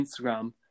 Instagram